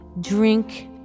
drink